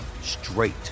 straight